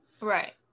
right